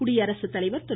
குடியரசுத்தலைவர் திரு